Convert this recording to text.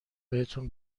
بهتون